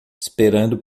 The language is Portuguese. esperando